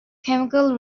chemical